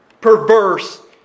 perverse